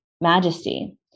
majesty